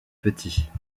petits